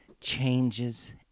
changes